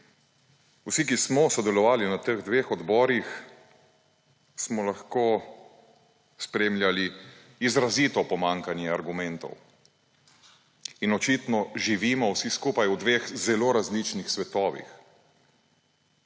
Vsi, ki smo sodelovali na teh dveh odborih, smo lahko spremljali izrazito pomanjkanje argumentov in očitno živimo vsi skupaj v dveh zelo različnih svetovih.